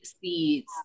seeds